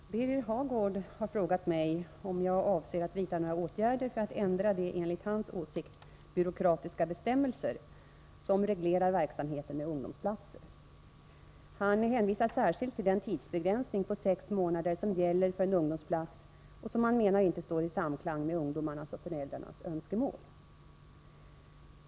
Herr talman! Birger Hagård har frågat mig om jag avser att vidta några åtgärder för att ändra de enligt hans åsikt byråkratiska bestämmelser som reglerar verksamheten med ungdomsplatser. Han hänvisar särskilt till den tidsbegränsning på sex månader som gäller för en ungdomsplats och som han menar inte står i samklang med ungdomarnas och föräldrarnas önskemål.